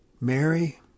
Mary